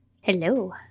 hello